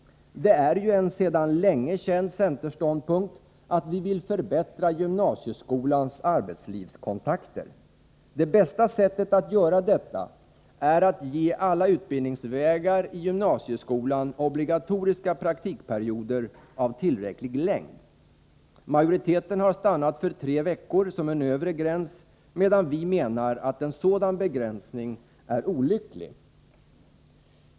Det är ju en sedan länge känd centerståndpunkt att vi vill förbättra gymnasieskolans arbetslivskontakter. Det bästa sättet att göra detta är att ge alla utbildningsvägar i gymnasieskolan obligatoriska praktikperioder av tillräcklig längd. Majoriteten har stannat för tre veckor som en övre gräns, medan vi menar att en sådan begränsning är olycklig.